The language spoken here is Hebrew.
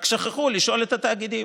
רק שכחו לשאול את התאגידים.